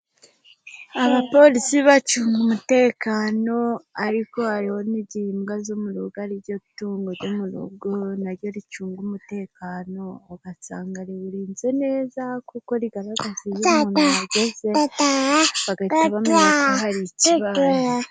Abapolisi bacunga umutekano, ariko hariho n'igihe imbwa zo mu rugo ari ryo tungo ryo mu rugo na ryo ricunga umutekano, ugasanga riwurinze neza kuko rigaragaza iyo umuntu ahageze, bagahita bamenya ko hari ikibazo.